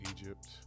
Egypt